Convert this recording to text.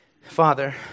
Father